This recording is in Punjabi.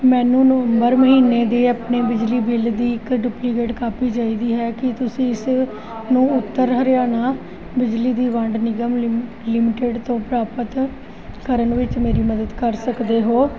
ਮੈਨੂੰ ਨਵੰਬਰ ਮਹੀਨੇ ਦੇ ਆਪਣੇ ਬਿਜਲੀ ਬਿੱਲ ਦੀ ਇੱਕ ਡੁਪਲੀਕੇਟ ਕਾਪੀ ਚਾਹੀਦੀ ਹੈ ਕੀ ਤੁਸੀਂ ਇਸ ਨੂੰ ਉੱਤਰ ਹਰਿਆਣਾ ਬਿਜਲੀ ਦੀ ਵੰਡ ਨਿਗਮ ਲਿਮ ਲਿਮਟਿਡ ਤੋਂ ਪ੍ਰਾਪਤ ਕਰਨ ਵਿੱਚ ਮੇਰੀ ਮਦਦ ਕਰ ਸਕਦੇ ਹੋ